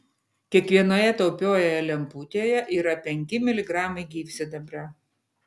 kiekvienoje taupiojoje lemputėje yra penki miligramai gyvsidabrio